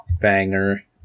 banger